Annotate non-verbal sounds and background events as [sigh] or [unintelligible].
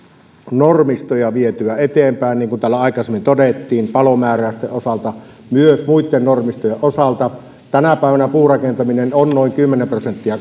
normistoja vietyä eteenpäin niin kuin täällä aikaisemmin todettiin palomääräysten osalta mutta myös muitten normistojen osalta tänä päivänä puurakentaminen on noin kymmenen prosenttia [unintelligible]